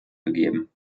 gegeben